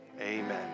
Amen